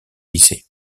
lycée